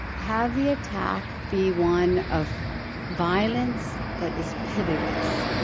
have the attack be one of violence that is pitiless.